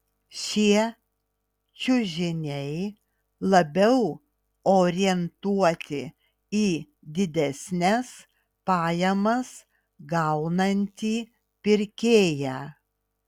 šie čiužiniai labiau orientuoti į didesnes pajamas gaunantį pirkėją